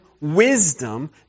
wisdom